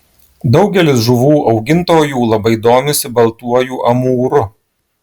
daugelis žuvų augintojų labai domisi baltuoju amūru